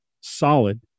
solid